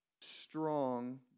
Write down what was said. strong